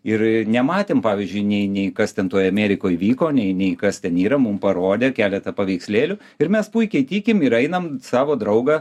ir nematėm pavyzdžiui nei nei kas ten toj amerikoj vyko nei nei kas ten yra mum parodė keletą paveikslėlių ir mes puikiai tikim ir einam savo draugą